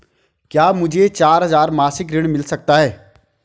क्या मुझे चार हजार मासिक ऋण मिल सकता है?